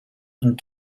and